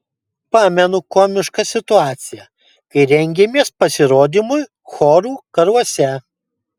pamenu komišką situaciją kai rengėmės pasirodymui chorų karuose